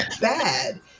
bad